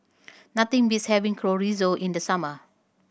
nothing beats having Chorizo in the summer